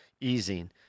easing